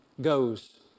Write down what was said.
goes